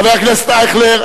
חבר הכנסת אייכלר,